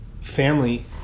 Family